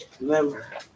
Remember